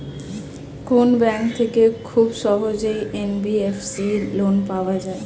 কোন ব্যাংক থেকে খুব সহজেই এন.বি.এফ.সি লোন পাওয়া যায়?